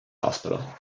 hospital